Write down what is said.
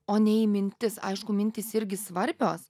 o ne į mintis aišku mintys irgi svarbios